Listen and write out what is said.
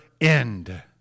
end